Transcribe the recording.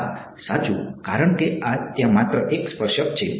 હા સાચું કારણ કે આ ત્યાં માત્ર એક સ્પર્શક છે